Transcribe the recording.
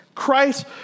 Christ